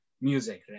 music